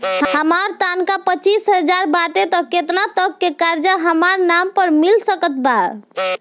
हमार तनख़ाह पच्चिस हज़ार बाटे त केतना तक के कर्जा हमरा नाम पर मिल सकत बा?